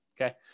Okay